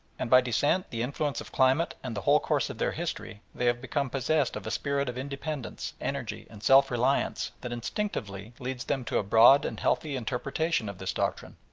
and by descent, the influence of climate, and the whole course of their history they have become possessed of a spirit of independence, energy, and self-reliance that instinctively leads them to a broad and healthy interpretation of this doctrine.